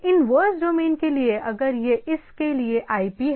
inverse domain के लिए अगर यह इस के लिए IP है